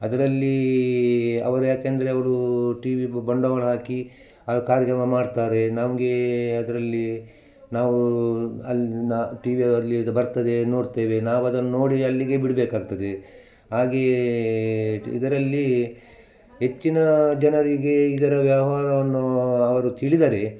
ಅದರಲ್ಲಿ ಅವರು ಯಾಕೆಂದರೆ ಅವರು ಟಿವಿ ಬ್ ಬಂಡವಾಳ ಹಾಕಿ ಆ ಕಾರ್ಯಕ್ರಮ ಮಾಡ್ತಾರೆ ನಮಗೆ ಅದರಲ್ಲಿ ನಾವು ಅಲ್ಲಿನ ಟಿವಿ ಅವರ್ಲಿ ಇದು ಬರ್ತದೆ ನೋಡ್ತೇವೆ ನಾವದನ್ನ ನೋಡಿ ಅಲ್ಲಿಗೆ ಬಿಡ್ಬೇಕಾಗ್ತದೆ ಹಾಗೆಯೇ ಇದರಲ್ಲಿ ಹೆಚ್ಚಿನ ಜನರಿಗೆ ಇದರ ವ್ಯವಹಾರವನ್ನು ಅವರು ತಿಳಿದರೆ